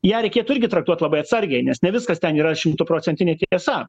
ją reikėtų irgi traktuot labai atsargiai nes ne viskas ten yra šimtaprocentinė tiesa